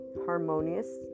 harmonious